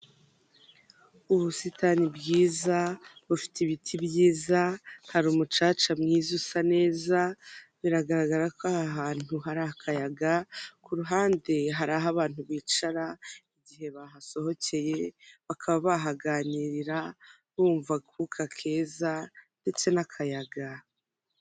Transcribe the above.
Ubusitani bwiza bufite ibiti byiza hari umucaca mwiza usa neza biragaragara ko aha hantu hari akayaga ku ruhande hari aho abantu bicara igihe bahasohokeye bakaba bahaganirira bumva akuka keza ndetse n'akayaga .